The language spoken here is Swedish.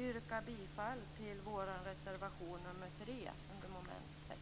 yrka bifall till vår reservation nr 3 under mom. 6.